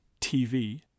TV